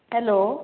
hello